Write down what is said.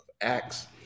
Acts